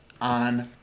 on